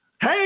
Hey